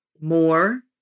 more